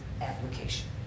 application